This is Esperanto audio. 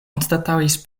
anstataŭis